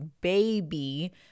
baby